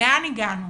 לאן הגענו?